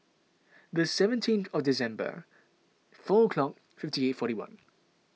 the seventeen of December four o'clock fifty eight forty one